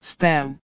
spam